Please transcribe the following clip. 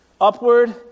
Upward